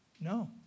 no